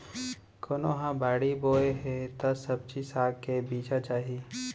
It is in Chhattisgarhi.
कोनो ह बाड़ी बोए हे त सब्जी साग के बीजा चाही